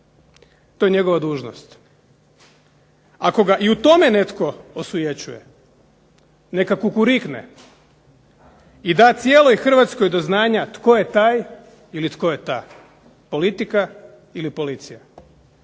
To je njegova dužnost. Ako ga i u tome netko osujećuje Neka kukurikne i da cijeloj Hrvatskoj do znanja tko je taj i tko je ta politika ili policija.